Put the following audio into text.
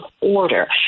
order